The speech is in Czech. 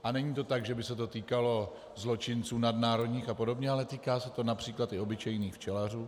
A není to tak, že by se to týkalo zločinců nadnárodních a podobně, ale týká se to například i obyčejných včelařů.